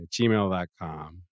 gmail.com